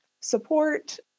support